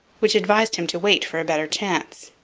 which advised him to wait for a better chance.